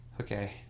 Okay